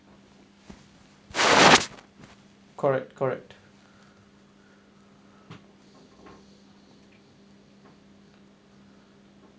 correct correct